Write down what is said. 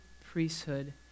priesthood